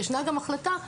ישנה גם החלטה לאפשר.